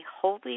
holy